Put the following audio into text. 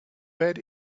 bed